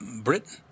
Britain